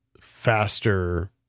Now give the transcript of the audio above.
faster